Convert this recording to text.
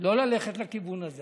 לא ללכת לכיוון הזה.